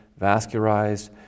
vascularized